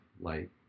light